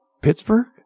Pittsburgh